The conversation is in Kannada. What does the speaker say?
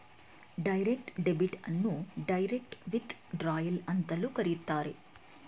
ಡೈರೆಕ್ಟ್ ಡೆಬಿಟ್ ಅನ್ನು ಡೈರೆಕ್ಟ್ ವಿಥ್ ಡ್ರಾಯಲ್ ಅಂತಲೂ ಕರೆಯುತ್ತಾರೆ